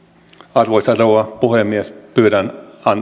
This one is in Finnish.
arvoisa rouva puhemies pyydän